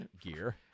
gear